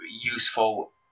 useful